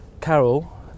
Carol